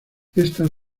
estas